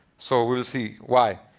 so we will see why?